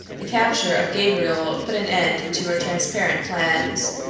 the capture of gabriel put an end to her transparent plans.